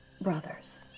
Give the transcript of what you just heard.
Brothers